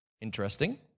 Interesting